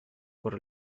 por